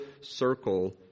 circle